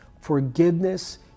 forgiveness